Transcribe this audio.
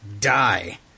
Die